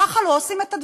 ככה לא עושים את הדברים.